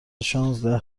شانزده